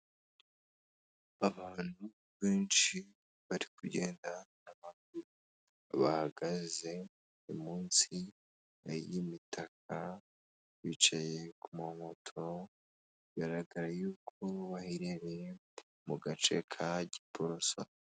Abantu benshi bari kugenda bahagaze munsi y'imitaka bicaye ku mu ma moto biragaragara yuko baherereye mu gace ka Giporoso.